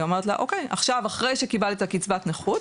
היא אומרת לה אוקיי עכשיו אחרי שקיבלת את קצבת הנכות